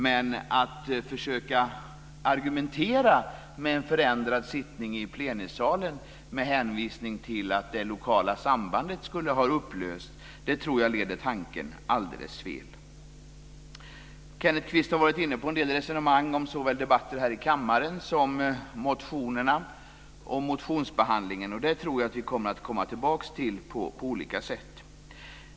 Men att försöka argumentera för en förändrad sittning i plenisalen med hänvisning till att det lokala sambandet skulle vara upplöst - det tror jag leder tanken alldeles fel. Kenneth Kvist har varit inne på en del resonemang om såväl debatter här i kammaren som motionerna och motionsbehandlingen. Det tror jag att vi kommer att komma tillbaka till på olika sätt.